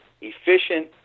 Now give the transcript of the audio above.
efficient